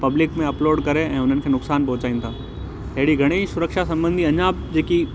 public में upload करे ऐं उन्हनि खे नुकसानु पहुंचाईनि था अहिड़ी घणेई सुरक्षा संबंधी अञा बि जेकी